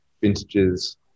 vintages